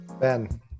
Ben